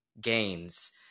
gains